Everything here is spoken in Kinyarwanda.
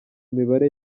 mibare